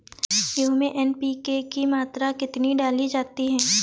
गेहूँ में एन.पी.के की मात्रा कितनी डाली जाती है?